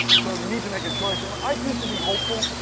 so you need to make a choice. um i choose to be hopeful.